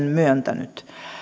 myöntänyt